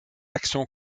action